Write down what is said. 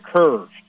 curve